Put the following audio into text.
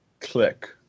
Click